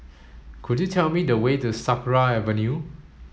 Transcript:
could you tell me the way to Sakra Avenue